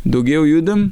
daugiau judum